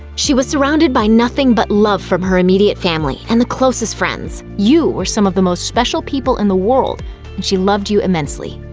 she was surrounded by nothing but love from her immediate family, and the closest friends. you were some of the most special people in the world, and she loved you immensely.